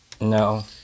No